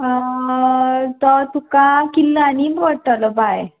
तो तुका किलांनी पडटलो बाय